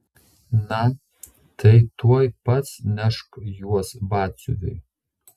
na tai tuoj pat nešk juos batsiuviui